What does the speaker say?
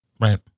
Right